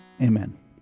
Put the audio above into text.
Amen